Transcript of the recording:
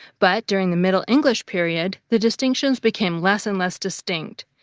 but during the middle english period, the distinctions became less and less distinct,